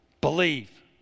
believe